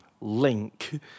Link